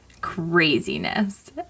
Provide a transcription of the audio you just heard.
craziness